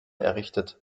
errichtet